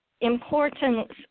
importance